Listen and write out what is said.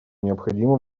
необходимо